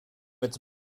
its